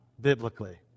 biblically